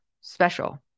special